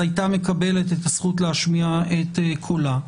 אז הייתה מקבלת את הזכות להשמיע את קולה.